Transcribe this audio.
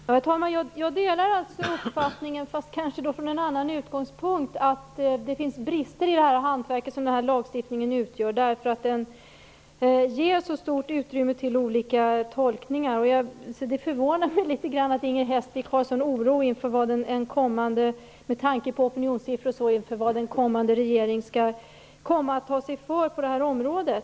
Herr talman! Jag delar uppfattningen, men kanske från en annan utgångspunkt, att det finns brister i det hantverk som denna lagstiftning utgör. Den ger så stort utrymme till olika tolkningar. Det förvånar mig litet grand att Inger Hestvik, med tanke på opinionssiffror och liknande, har en sådan oro inför vad en kommande regering skall ta sig för på detta område.